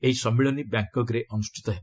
ଏହି ସମ୍ମିଳନୀ ବ୍ୟାଙ୍କକ୍ରେ ଅନୁଷ୍ଠିତ ହେବ